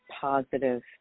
positive